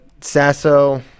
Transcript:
Sasso